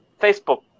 Facebook